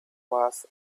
was